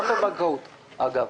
גם בבנקאות אגב.